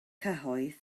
cyhoedd